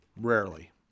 Rarely